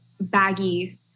baggy